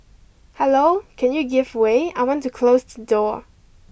hello can you give way I want to close the door